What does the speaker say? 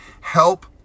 help